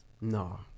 No